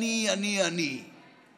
אני, אני, אני, אני.